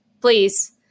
please